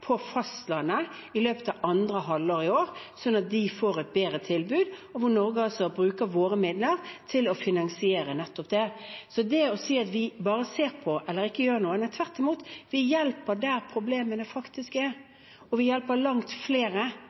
på fastlandet i løpet av andre halvår i år, sånn at de får et bedre tilbud. Norge bruker av sine midler til å finansiere nettopp det. Så det å si at vi bare ser på eller ikke gjør noe – nei, tvert imot, vi hjelper der problemene faktisk er, og vi hjelper langt flere